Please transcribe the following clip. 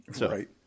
right